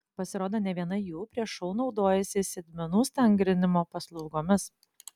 pasirodo ne viena jų prieš šou naudojasi sėdmenų stangrinimo paslaugomis